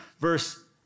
verse